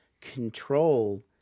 control